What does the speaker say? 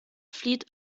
flieht